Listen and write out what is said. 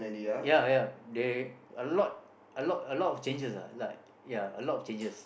ya ya they a lot a lot a lot of changes lah like ya a lot of changes